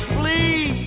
please